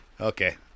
Okay